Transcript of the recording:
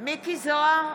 מיקי זוהר,